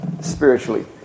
spiritually